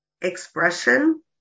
expression